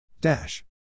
Dash